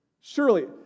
surely